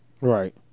Right